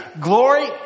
glory